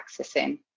accessing